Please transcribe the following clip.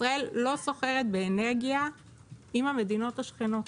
ישראל לא סוחרת באנרגיה עם המדינות השכנות,